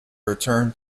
return